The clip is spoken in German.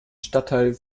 stadtteil